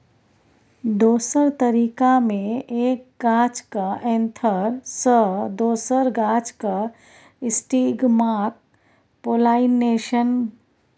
दोसर तरीका मे एक गाछक एन्थर सँ दोसर गाछक स्टिगमाक पोलाइनेशन